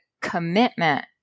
commitment